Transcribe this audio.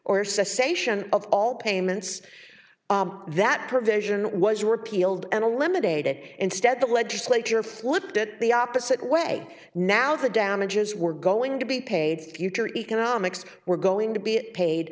or cessation of all payments that provision was repealed and eliminated instead the legislature flipped it the opposite way now the damages were going to be paid future economics were going to be paid